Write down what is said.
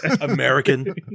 American